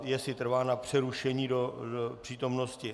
Jestli trvá na přerušení do přítomnosti?